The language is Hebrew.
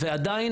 ועדיין,